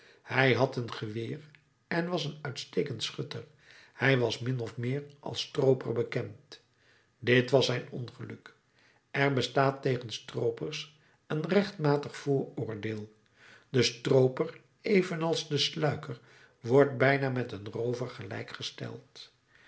hij had een geweer en was een uitstekend schutter hij was min of meer als strooper bekend dit was zijn ongeluk er bestaat tegen stroopers een rechtmatig vooroordeel de strooper evenals de sluiker wordt bijna met een roover gelijkgesteld